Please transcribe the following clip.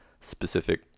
specific